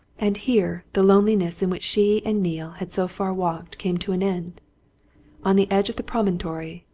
and here the loneliness in which she and neale had so far walked came to an end on the edge of the promontory,